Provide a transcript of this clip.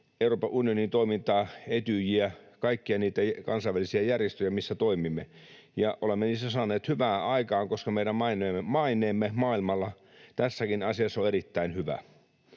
Euroopan unionin toimintaa, Etyjiä, kaikkia niitä kansainvälisiä järjestöjä, missä toimimme. Olemme niissä saaneet hyvää aikaan, koska meidän maineemme maailmalla tässäkin asiassa on erittäin hyvä.